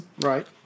Right